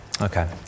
Okay